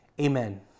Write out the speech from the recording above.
Amen